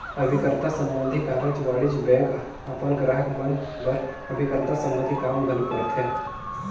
अभिकर्ता संबंधी कारज वाणिज्य बेंक अपन गराहक मन बर अभिकर्ता संबंधी काम घलो करथे